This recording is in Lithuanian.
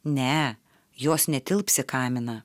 ne jos netilps į kaminą